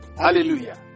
Hallelujah